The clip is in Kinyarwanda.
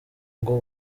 ngo